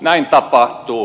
näin tapahtuu